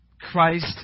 Christ